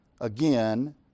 again